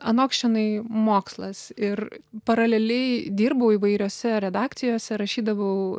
anoks čianai mokslas ir paraleliai dirbau įvairiose redakcijose rašydavau